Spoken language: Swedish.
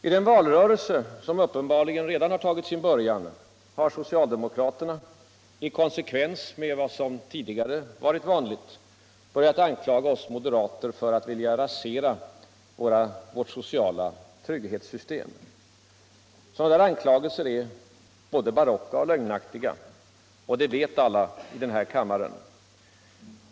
I den valrörelse som uppenbarligen redan tagit sin början har socialdemokraterna — i konsekvens med vad som tidigare varit vanligt — börjat anklaga oss moderater för att vilja rasera vårt sociala trygghetssystem. Sådana anklagelser är både barocka och lögnaktiga. Det vet alla i den här kammaren.